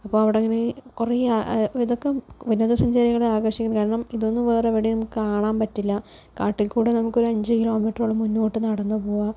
അപ്പോൾ അവിടെ അങ്ങനെ കുറേ ഇതൊക്കെ വിനോദസഞ്ചാരികളെ ആകർഷിക്കാൻ കാരണം ഇതൊന്നും വേറെ എവിടെയും കാണാൻ പറ്റില്ല കാട്ടിൽ കൂടെ നമുക്ക് ഒരു അഞ്ച് കിലോമീറ്ററോളം മുന്നോട്ട് നടന്ന് പോകുക